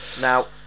Now